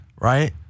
right